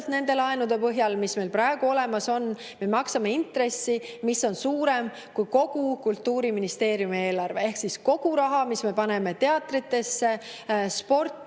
nende laenude eest, mis meil praegu olemas on, me 2027. aastal maksame intressi, mis on suurem kui kogu Kultuuriministeeriumi eelarve. Ehk kogu raha, mis me paneme teatritesse ja sporti,